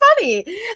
funny